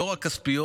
לא רק כספיות,